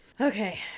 Okay